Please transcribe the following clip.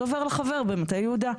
זה עובר לחבר במטה יהודה.